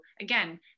again